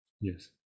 Yes